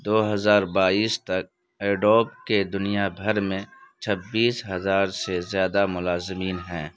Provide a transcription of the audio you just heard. دو ہزار بائیس تک ایڈوب کے دنیا بھر میں چھبیس ہزار سے زیادہ ملازمین ہیں